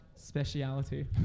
Speciality